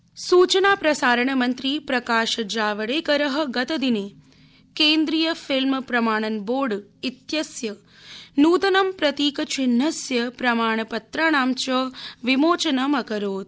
जावडेकर सूचनाप्रसारणमंत्री प्रकाश जावड़ेकर गतदिने केन्द्रीय फिल्म प्रमाणन बोर्ड इत्यस्य नुतनं प्रतीक चिह्नस्य प्रमाणपत्राणां च विमोचनं अकरोत्